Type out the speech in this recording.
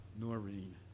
Noreen